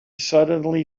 suddenly